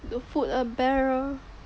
the food are better